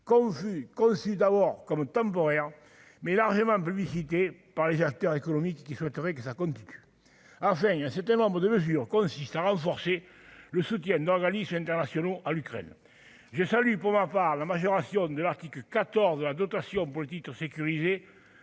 conçu d'abord comme temporaire, mais largement plébiscité par les acteurs économiques qui souhaiterait que ça continue, Arjen c'est tellement beau de mesure consiste à renforcer le soutien d'organismes internationaux à l'Ukraine, j'ai salue pour ma part la majoration de l'Arctique 14 la dotation Paul Titres sécurisés